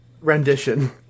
rendition